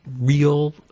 real